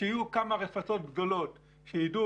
מה שיקרה הוא שיהיו כמה רפתות גדולות שיידעו